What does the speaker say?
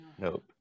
nope